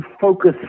Focus